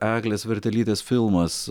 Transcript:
eglės vertelytės filmas